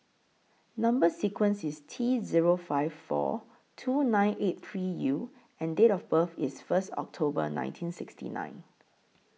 Number sequence IS T Zero five four two nine eight three U and Date of birth IS First October nineteen sixty nine